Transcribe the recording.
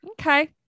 Okay